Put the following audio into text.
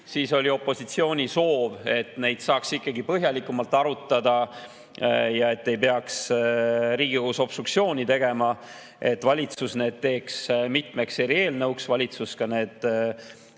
Siis oli opositsioonil soov, et neid saaks põhjalikumalt arutada ja et ei peaks Riigikogus obstruktsiooni tegema, et valitsus teeks need mitmeks eelnõuks. Valitsus ka need